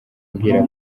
umbwira